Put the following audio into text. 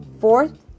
Fourth